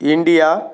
India